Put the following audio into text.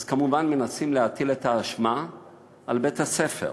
אז כמובן מנסים להטיל את האשמה על בית-הספר.